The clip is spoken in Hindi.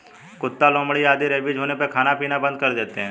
कुत्ता, लोमड़ी आदि रेबीज होने पर खाना पीना बंद कर देते हैं